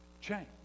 change